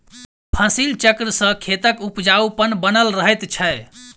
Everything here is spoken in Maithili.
फसिल चक्र सॅ खेतक उपजाउपन बनल रहैत छै